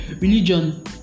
religion